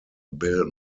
bill